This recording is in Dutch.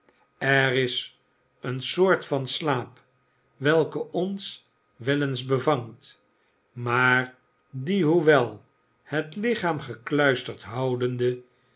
er is een soort van slaap welke ons wel eens bevangt maar die hoewel het lichaam gekluisterd houdende